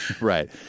right